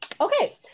okay